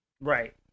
Right